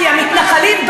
כי המתנחלים,